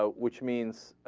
ah which means ah.